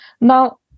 Now